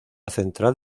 central